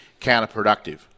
counterproductive